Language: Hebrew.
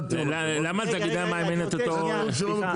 למה תאגידי המים אין ניגוד עניינים?